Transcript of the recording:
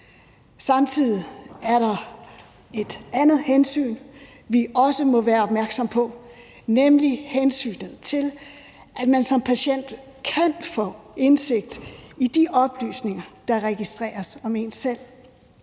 Samtidig er der et andet hensyn, vi også må være opmærksomme på, nemlig hensynet til, at man som patient kan få indsigt i de oplysninger, der registreres om en selv